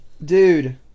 Dude